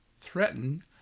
threaten